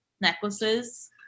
necklaces